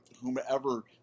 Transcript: whomever